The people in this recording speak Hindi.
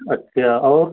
अच्छा और